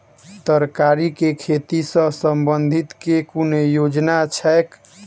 तरकारी केँ खेती सऽ संबंधित केँ कुन योजना छैक?